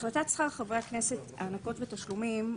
החלטת שכר חברי הכנסת (הענקות ותשלומים)